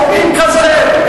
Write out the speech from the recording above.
עובדים קשה,